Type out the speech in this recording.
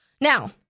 Now